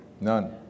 None